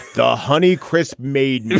the honey crisp made